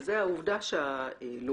מדובר בעובדה שהלוביסט,